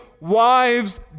wives